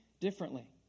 differently